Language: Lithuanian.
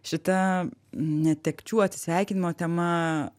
šita netekčių atsisveikinimo tema